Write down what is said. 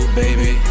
baby